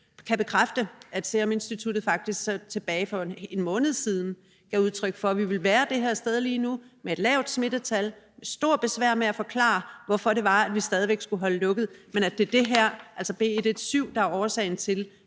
kan bekræfte, at Seruminstituttet faktisk tilbage for 1 måned siden gav udtryk for, at vi ville være det her sted lige nu med et lavt smittetal og et stort besvær med at forklare, hvorfor det var, at vi stadig væk skulle holde lukket, men at det er det her, altså B117, der er årsagen til,